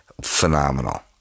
Phenomenal